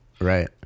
Right